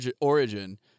origin